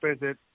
visit